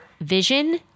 vision